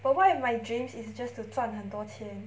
but what if my dreams is just to 赚很多钱